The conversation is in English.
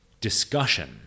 discussion